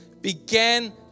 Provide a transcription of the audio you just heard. began